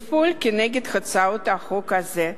לפעול כנגד הצעת החוק הזאת.